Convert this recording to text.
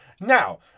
Now